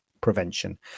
prevention